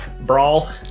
brawl